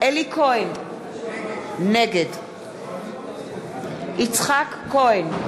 אלי כהן, נגד יצחק כהן,